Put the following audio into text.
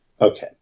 Okay